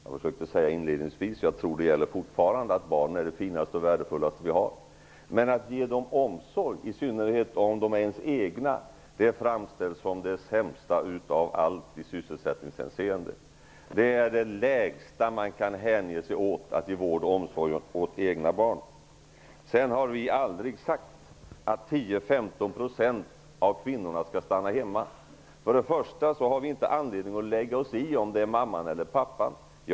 Jag sade inledningsvis att barn är det finaste och värdefullaste vi har. Att ge dessa barn omsorg, i synnerhet om de är ens egna, framställs emellertid som det sämsta av allt i sysselsättningshänseende. Att ge vård och omsorg åt egna barn är det lägsta man kan hänge sig åt. Vi har aldrig sagt att 10--15 % av kvinnorna skall stanna hemma. Vi har inte anledning att lägga oss i om det är mamman eller pappan som stannar hemma.